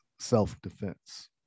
self-defense